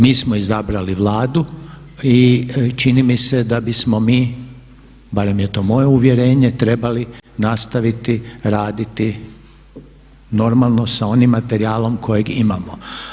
Mi smo izabrali Vladu i čini mi se da bismo mi, barem je to moje uvjerenje trebali nastaviti raditi normalno sa onim materijalom kojeg imamo.